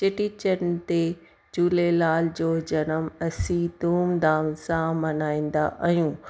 चेटीचंड ते झूलेलाल जो जनमु असीं धूमधाम सां मल्हाईंदा आहियूं